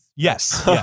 Yes